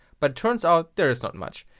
but turns out there is not much,